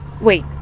Wait